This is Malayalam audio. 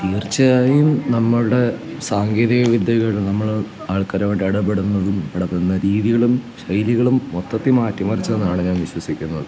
തീർച്ചയായും നമ്മളുടെ സാങ്കേതിക വിദ്യകൾ നമ്മള് ആൾക്കാരോട് ഇടപെടുന്നതും ഇടപെടുന്ന രീതികളും ശൈലികളും മൊത്തത്തില് മാറ്റിമറിച്ചെന്നാണ് ഞാൻ വിശ്വസിക്കുന്നത്